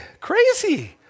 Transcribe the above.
Crazy